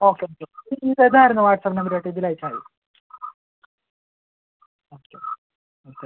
okay okay ഇത് തന്നെയായിരുന്നു WhatsApp number ഇതിൽ അയച്ചാൽ മതി ഓക്കെ ഓക്കെ